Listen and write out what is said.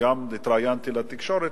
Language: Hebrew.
וגם התראיינתי לתקשורת,